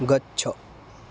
गच्छ